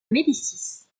médicis